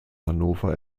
hannover